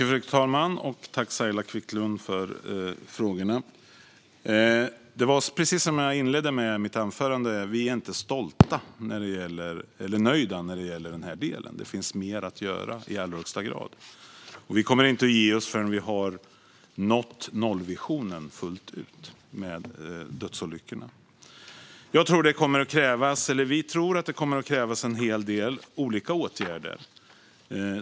Fru talman! Tack, Saila Quicklund, för frågorna! Precis som jag inledde mitt anförande med är vi inte stolta eller nöjda när det gäller detta. Det finns i allra högsta grad mer att göra, och vi kommer inte att ge oss förrän vi har nått nollvisionen fullt ut när det gäller dödsolyckorna. Vi tror att det kommer att krävas en hel del olika åtgärder.